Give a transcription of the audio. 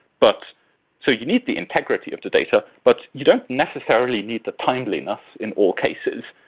but so you need the integrity of the data, but you don't necessarily need the timeliness in all cases,